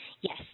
Yes